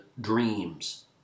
Dreams